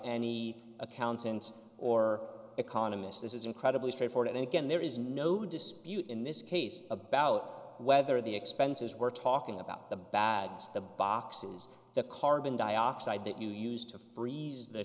any accountant or economist this is incredibly straightforward again there is no dispute in this case about whether the expenses we're talking about the bags the boxes the carbon dioxide that you used to freeze the